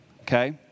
okay